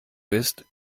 bist